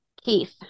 Keith